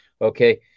Okay